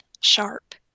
sharp